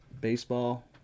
Baseball